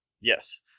yes